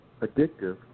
addictive